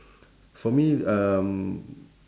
for me um